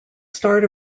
start